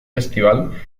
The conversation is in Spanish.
festival